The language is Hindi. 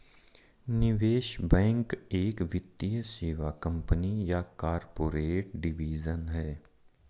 निवेश बैंक एक वित्तीय सेवा कंपनी या कॉर्पोरेट डिवीजन है